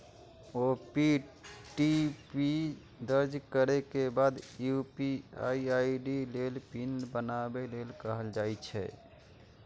OTP दर्ज करै के बाद यू.पी.आई आई.डी लेल पिन बनाबै लेल कहल जाइ छै